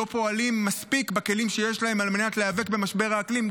לא פועלים מספיק בכלים שיש להם על מנת להיאבק במשבר האקלים,